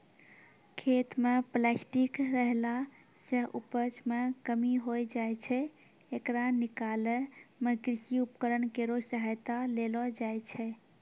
खेत म प्लास्टिक रहला सें उपज मे कमी होय जाय छै, येकरा निकालै मे कृषि उपकरण केरो सहायता लेलो जाय छै